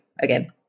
again